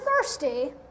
thirsty